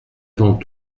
avant